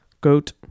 GOAT